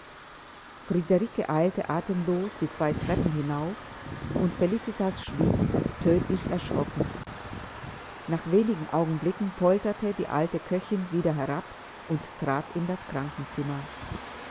friederike eilte atemlos die zwei treppen hinauf und felicitas schwieg tödlich erschrocken nach wenig augenblicken polterte die alte köchin wieder herab und trat in das krankenzimmer